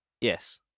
Yes